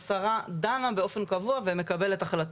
השרה דנה באופן קבוע ומקבלת החלטות.